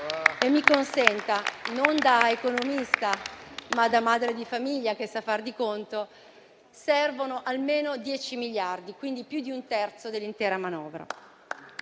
di dire, non da economista, ma da madre di famiglia, che sa far di conto, che servono almeno 10 miliardi, quindi più di un terzo dell'intera manovra